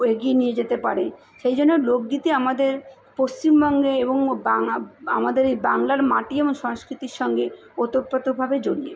এগিয়ে নিয়ে যেতে পারে সেই জন্য লোকগীতি আমাদের পশ্চিমবঙ্গে এবং বাঙ্গা আমাদের এই বাংলার মাটি এবং সংস্কৃতির সঙ্গে ওতপ্রোতভাবে জড়িয়ে